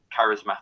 charismatic